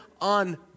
on